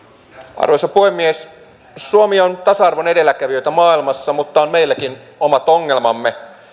arvoisa puhemies suomi on tasa arvon edelläkävijöitä maailmassa mutta on meilläkin omat ongelmamme